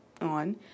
on